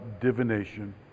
divination